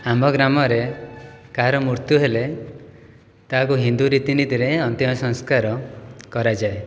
ଆମ ଗ୍ରାମରେ କାହାର ମୃତ୍ୟୁ ହେଲେ ତାହାକୁ ହିନ୍ଦୁ ରୀତିନୀତିରେ ଅନ୍ତିମସଂସ୍କାର କରାଯାଏ